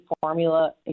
formula